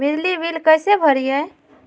बिजली बिल कैसे भरिए?